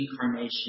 incarnation